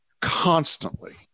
constantly